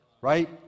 Right